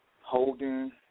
Holding